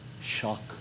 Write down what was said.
Shock